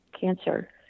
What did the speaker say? cancer